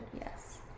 Yes